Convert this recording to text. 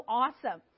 awesome